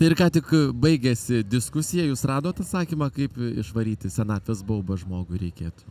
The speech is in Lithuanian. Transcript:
ir ką tik baigėsi diskusija jūs radot atsakymą kaip išvaryti senatvės baubą žmogui reikėtų